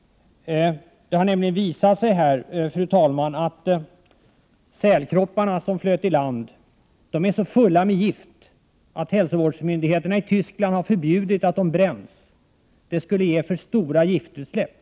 Det har nämligen visat sig att sälkropparna som flöt i land är så fulla av gift att hälsovårdsmyndigheterna i Tyskland har förbjudit att de bränns, eftersom det skulle medföra för stora giftutsläpp.